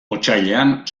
otsailean